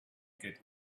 get